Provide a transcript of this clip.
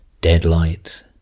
deadlight